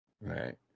Right